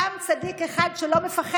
קם צדיק אחד שלא מפחד,